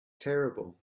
terrible